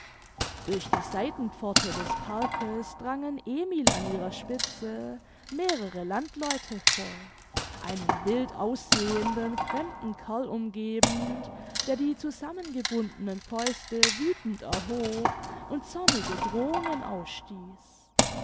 durch die seitenpforte des parkes drangen emil an ihrer spitze mehrere landleute vor einen wildaussehenden fremden kerl umgebend der die zusammengebundenen fäuste wüthend erhob und zornige drohungen ausstieß